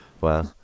Wow